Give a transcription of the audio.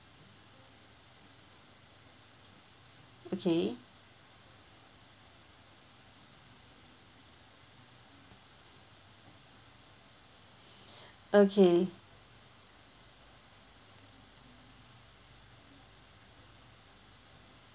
okay okay